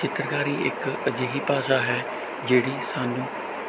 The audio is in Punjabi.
ਚਿੱਤਰਕਾਰੀ ਇੱਕ ਅਜਿਹੀ ਭਾਸ਼ਾ ਹੈ ਜਿਹੜੀ ਸਾਨੂੰ